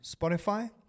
spotify